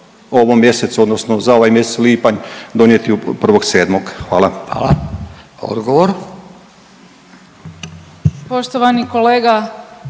ovom mjesecu odnosno za ovaj mjesec lipanj donijeti 1.7. Hvala. **Radin,